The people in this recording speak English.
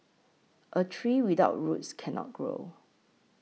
a tree without roots cannot grow